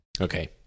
Okay